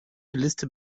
liste